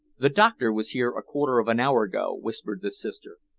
the doctor was here a quarter of an hour ago, whispered the sister.